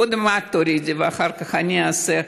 קודם את תורידי ואחר כך אני אעשה.